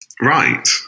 Right